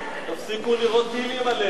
תפסיקו לירות טילים עלינו.